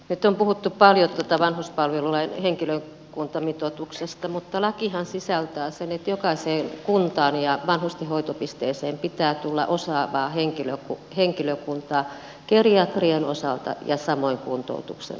nyt on puhuttu paljon vanhuspalvelulain henkilökuntamitoituksesta mutta lakihan sisältää sen että jokaiseen kuntaan ja vanhustenhoitopisteeseen pitää tulla osaavaa henkilökuntaa geriatrian osalta ja samoin kuntoutuksen osalta